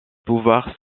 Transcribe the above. pouvoirs